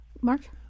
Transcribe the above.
Mark